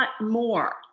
more